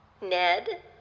Ned